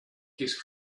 his